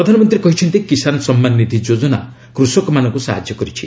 ପ୍ରଧାନମନ୍ତ୍ରୀ କହିଛନ୍ତି କିଶାନ ସମ୍ମାନ ନିଧି ଯୋଜନା କୃଷକମାନଙ୍କୁ ସାହାଯ୍ୟ କରିଛି